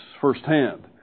firsthand